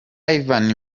ivan